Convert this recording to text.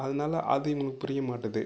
அதனால அது இவங்களுக்கு புரிய மாட்டுது